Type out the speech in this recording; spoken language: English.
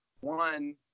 one